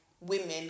women